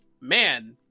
man